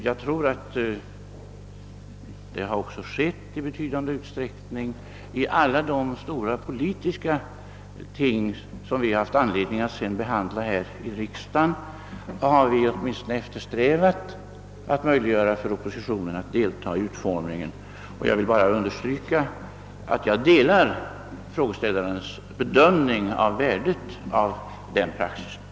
Detta har också skett i betydande utsträckning. I alla de stora politiska frågor, som vi haft anledning att sedan behandla här i riksdagen, har vi eftersträvat att göra det möjligt för oppositionen att delta i utformningen. Jag delar sålunda frågeställarens bedömning av värdet av denna praxis.